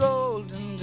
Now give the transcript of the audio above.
Golden